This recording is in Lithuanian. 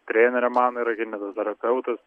trėnerė mano yra kineziterapeutas